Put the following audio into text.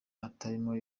hatarimo